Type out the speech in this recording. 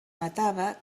matava